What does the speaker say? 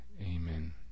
Amen